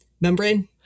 membrane